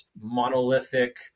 monolithic